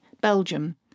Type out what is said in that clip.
Belgium